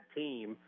team